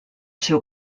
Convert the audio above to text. seu